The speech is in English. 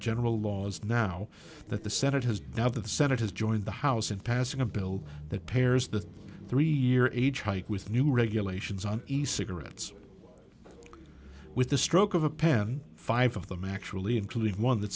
general laws now that the senate has now the senate has joined the house in passing a bill that pairs the three year age hike with new regulations on east cigarettes with the stroke of a pen five of them actually including one that